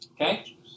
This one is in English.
Okay